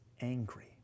angry